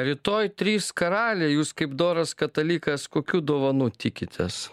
rytoj trys karaliai jūs kaip doras katalikas kokių dovanų tikitės